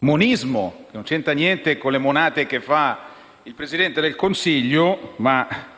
monismo. Non c'entra niente con le "monate" del Presidente del Consiglio, ma